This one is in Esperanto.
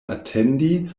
atendi